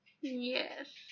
Yes